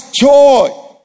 joy